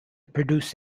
produce